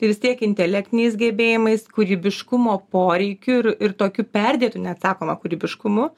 tai vis tiek intelektiniais gebėjimais kūrybiškumo poreikiu ir ir tokiu perdėtu net sakoma kūrybiškumu